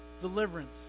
Deliverance